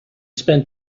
spent